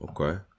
Okay